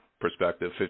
perspective